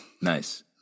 Nice